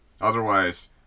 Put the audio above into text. Otherwise